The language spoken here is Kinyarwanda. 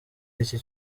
y’iki